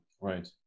right